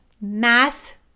mass